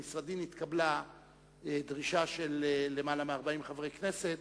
במשרדי נתקבלה דרישה של למעלה מ-40 חברי כנסת